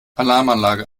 alarmanlage